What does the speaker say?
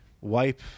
wipe